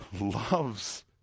loves